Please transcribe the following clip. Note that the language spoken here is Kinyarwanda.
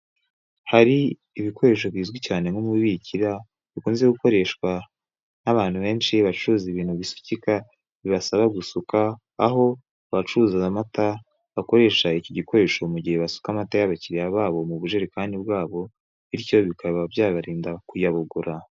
Hari ibikoresho bizwi cyane nk'umubirikira bikunze gukoreshwa n'abantu benshi bacuruza ibintu bisukika bibasaba gusuka, aho abacuruza amata bakoresha iki gikoresho mu gihe basuka amata y'abakiliya babo mu bujerekani bwabo, bityo bikaba byabarinda kuyabogora.